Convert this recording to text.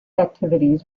activities